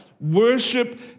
Worship